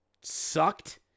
sucked